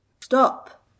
stop